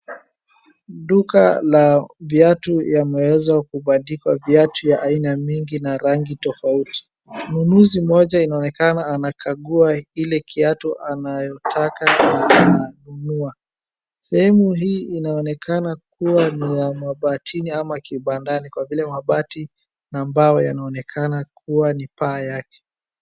Duka la viatu yamewezwa kubandikwa viatu ya aina mingi na rangi tofauti. Mnunuzi mmoja inaonekana anakagua ile kiatu anayotaka na kununua. Sehemu hii inaonekana kua ni ya mabatini ama kibandani kwa vile mabati na mbao yanaonekana kua ni paa yake.